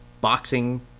boxing